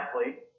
athlete